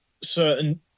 certain